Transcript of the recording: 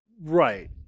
Right